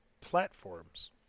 platforms